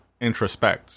introspect